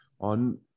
on